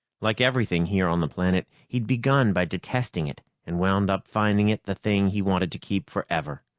like everything here on the planet, he'd begun by detesting it and wound up finding it the thing he wanted to keep forever.